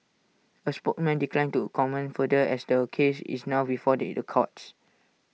A spokesman declined to comment further as the case is now before the IT courts